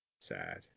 Sad